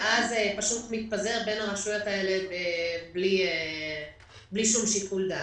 ואז מתפזר בין הרשויות האלה בלי שום שיקול דעת,